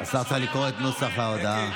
השר צריך לקרוא את נוסח ההודעה.